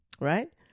right